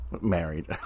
Married